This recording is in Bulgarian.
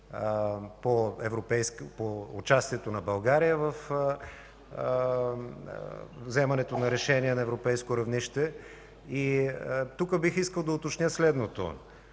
по участието на България във вземането на решения на европейско равнище. Тук бих искал да уточня следното.